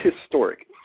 historic